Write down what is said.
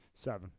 Seven